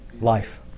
Life